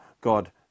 God